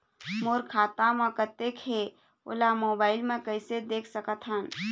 मोर खाता म कतेक हे ओला मोबाइल म कइसे देख सकत हन?